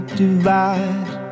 divide